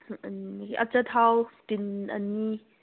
ꯑꯆꯥꯊꯥꯎ tin ꯑꯅꯤ